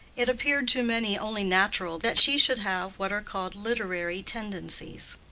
it appeared to many only natural that she should have what are called literary tendencies.